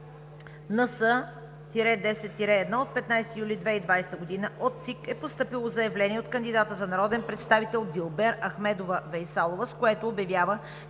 НС-10-1 от 15 юли 2020 г. от ЦИК е постъпило заявление от кандидата за народен представител Дилбер Ахмедова Вейсалова, с което обявява,